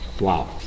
Wow